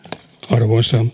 arvoisa